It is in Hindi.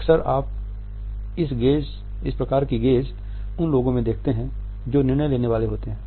अक्सर आप इस प्रकार की गेज़ उन लोगों में देखते है जो निर्णय लेने वाले होते हैं